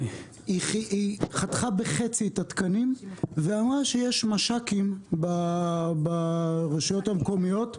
היא חתכה בחצי את התקנים ואמרה שיש מש"קים ברשויות המקומיות.